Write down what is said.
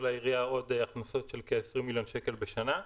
לעירייה עוד הכנסות של כ-20 מיליון שקל בשנה,